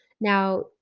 Now